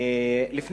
אדוני היושב-ראש,